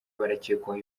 barakekwaho